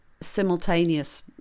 simultaneous